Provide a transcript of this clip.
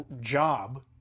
job